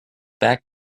back